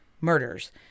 murders